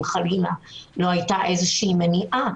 אם חלילה לא הייתה איזו מניעה.